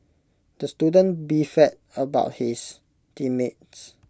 the student beefed about his team mates